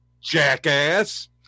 jackass